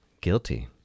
guilty